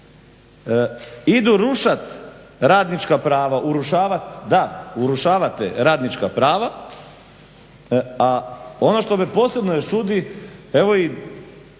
idu rušat radnička prava urušavat, da, urušavate radnička prava, a ono što me još posebno čudi evo i